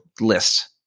list